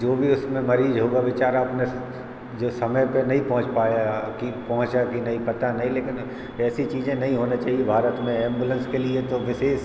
जो भी उसमें मरीज़ होगा बेचारा अपने जो समय पर नहीं पहुंच पाया कि पहुंचा कि नहीं पता नहीं लेकिन ऐसी चीज़ें नहीं होना चाहिए भारत में एम्बुलेंस के लिए तो विशेष